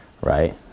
right